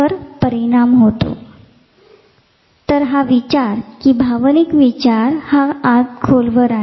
पावलोवने मांडलेले प्रसिद्ध सह्चार्यात्मक अध्ययन कुत्रा घंटेच्या आवाजालादेखील लाळ उत्पादन करतो हे सह्चार्यात्मक आहे